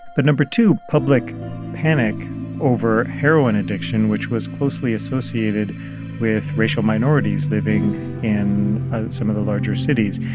but number two, public panic over heroin addiction, which was closely associated with racial minorities living in some of the larger cities.